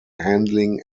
handling